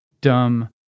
dumb